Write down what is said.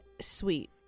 sweet